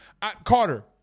Carter